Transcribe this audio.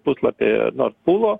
puslapį nord pūlo